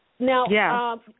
Now